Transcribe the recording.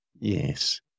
Yes